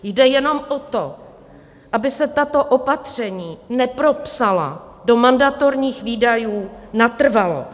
Jde jenom o to, aby se tato opatření nepropsala do mandatorních výdajů natrvalo.